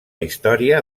història